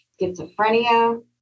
schizophrenia